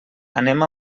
anem